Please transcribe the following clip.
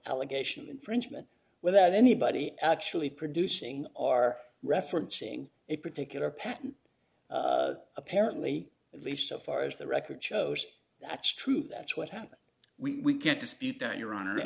allegation infringement without anybody actually producing are referencing a particular patent apparently at least so far as the record shows that's true that's what happened we can't dispute that you're on